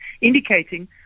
indicating –